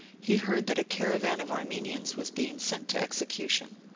he heard that a caravan of armenians was being sent to execution.